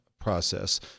process